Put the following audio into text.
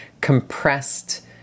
compressed